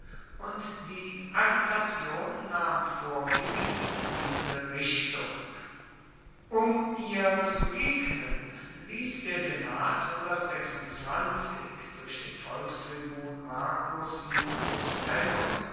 und die agitation nahm vorwiegend diese richtung um ihr zu begegnen ließ der senat durch den volkstribun marcus iunius